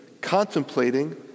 contemplating